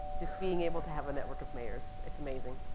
just being able to have a network of mayors, it's amazing.